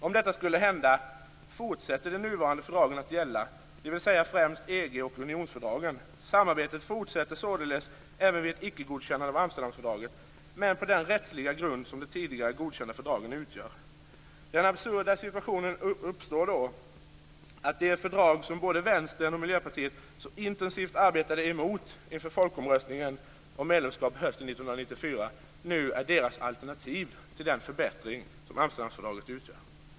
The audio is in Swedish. Om detta skulle hända fortsätter de nuvarande fördragen att gälla, dvs. främst EG och Unionsfördragen. Samarbetet fortsätter således även vid ett ickegodkännande av Amsterdamfördraget men på den rättsliga grund som de tidigare godkända fördragen utgör. Den absurda situationen uppstår då att de fördrag som både Vänstern och Miljöpartiet så intensivt arbetade emot inför folkomröstningen om medlemskap hösten 1994 nu är deras alternativ till den förbättring som Amsterdamfördraget utgör.